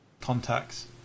contacts